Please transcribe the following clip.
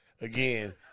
again